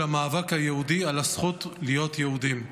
המאבק היהודי על הזכות להיות יהודים".